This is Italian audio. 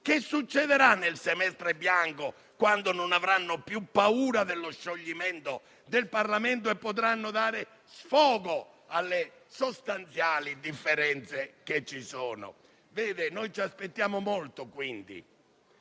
che succederà nel semestre bianco, quando non avranno più paura dello scioglimento del Parlamento e potranno dare sfogo alle loro sostanziali differenze? Noi ci aspettiamo molto, quindi,